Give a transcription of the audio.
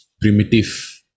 primitive